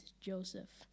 Joseph